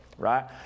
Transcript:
right